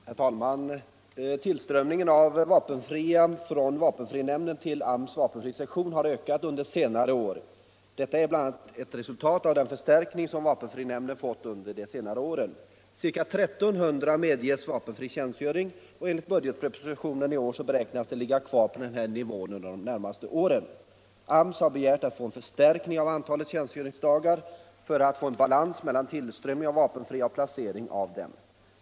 Herr talman! Tillströmningen av vapenfria från vapenfrinämnden till AMS vapenfrisektion har ökat under senare år. Detta är bl.a. ett resultat av den förstärkning som vapenfrinämnden fått. Ca 1300 per år medges vapenfri tjänstgöring, och enligt budgetpropositionen i år beräknas antalet ligga kvar på denna nivå under de närmaste åren. AMS har begärt att få en förstärkning av antalet tjänstgöringsdagar för att åstadkomma en balans mellan tillströmningen av vapenfria och placeringen av dem.